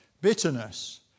Bitterness